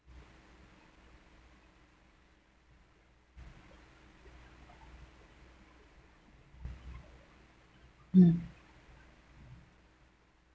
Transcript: mm